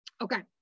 Okay